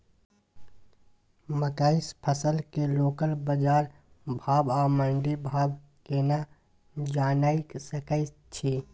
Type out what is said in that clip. मकई फसल के लोकल बाजार भाव आ मंडी भाव केना जानय सकै छी?